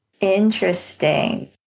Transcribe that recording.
Interesting